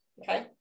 okay